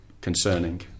concerning